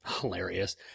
hilarious